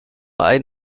ein